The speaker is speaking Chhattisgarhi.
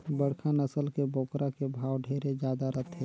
बड़खा नसल के बोकरा के भाव ढेरे जादा रथे